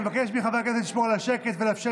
אני מבקש מחברי הכנסת לשמור על השקט ולאפשר